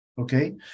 okay